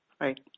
Right